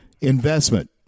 investment